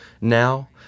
now